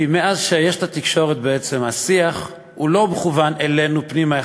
כי מאז שיש את התקשורת בעצם השיח לא מוכוון אלינו פנימה,